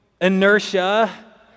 inertia